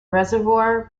reservoir